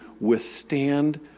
withstand